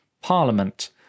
parliament